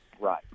Right